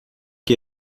que